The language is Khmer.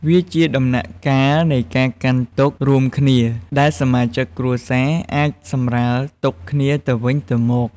វាជាដំណាក់កាលនៃ ការកាន់ទុក្ខ រួមគ្នា ដែលសមាជិកគ្រួសារអាចសម្រាលទុក្ខគ្នាទៅវិញទៅមក។